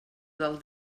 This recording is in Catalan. del